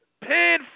paid